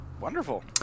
Wonderful